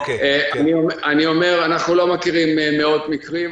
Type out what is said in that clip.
אנחנו לא מכירים מאות מקרים.